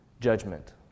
judgment